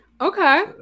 Okay